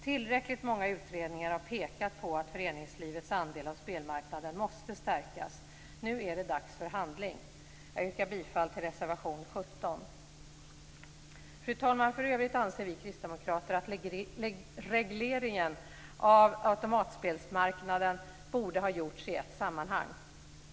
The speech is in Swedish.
Tillräckligt många utredningar har pekat på att föreningslivets andel av spelmarknaden måste stärkas. Nu är det dags för handling. Jag yrkar bifall till reservation 17. Fru talman! För övrigt anser vi kristdemokrater att regleringen av automatspelsmarknaden borde ha gjorts i ett sammanhang.